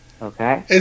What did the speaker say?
okay